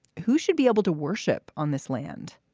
who should be able to worship on this land?